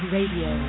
Radio